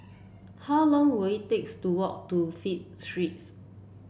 how long will it takes to walk to Flint Street